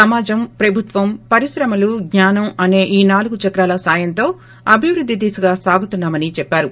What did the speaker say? సమాజం ప్రభుత్వం పరిశ్రమలు జ్ఞానం అసే నులుగు చక్రాల సాయంతో అభివృద్ది దిశగా సాగుతున్నా మని అన్నారు